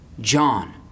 John